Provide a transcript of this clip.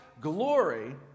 glory